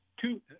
two